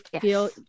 feel